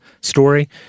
story—